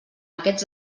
aquests